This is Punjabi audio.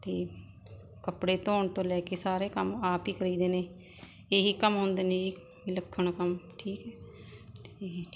ਅਤੇ ਕੱਪੜੇ ਧੋਣ ਤੋਂ ਲੈ ਕੇ ਸਾਰੇ ਕੰਮ ਆਪ ਹੀ ਕਰੀਦੇ ਨੇ ਇਹੀ ਕੰਮ ਹੁੰਦੇ ਨੇ ਜੀ ਵਿਲੱਖਣ ਕੰਮ ਠੀਕ ਹੈ ਅਤੇ